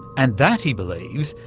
and that, he believes,